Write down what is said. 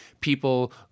people